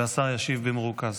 והשר ישיב במרוכז.